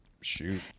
Shoot